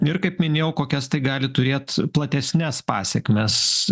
ir kaip minėjau kokias tai gali turėt platesnes pasekmes